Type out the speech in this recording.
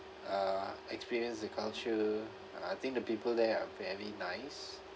uh experience the culture uh I think the people there are very nice